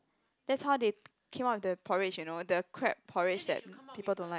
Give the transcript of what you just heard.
that's how they came up with the porridge you know the crab porridge that people don't like